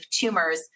tumors